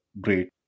great